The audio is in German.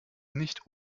nicht